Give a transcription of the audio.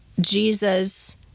Jesus